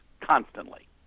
constantly